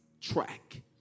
track